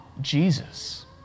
Jesus